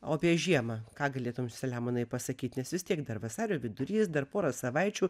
o apie žiemą ką galėtum selemonai pasakyt nes vis tiek dar vasario vidurys dar pora savaičių